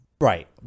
Right